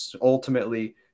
ultimately